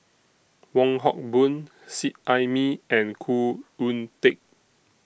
Wong Hock Boon Seet Ai Mee and Khoo Oon Teik